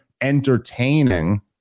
entertaining